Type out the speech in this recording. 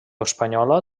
espanyola